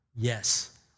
Yes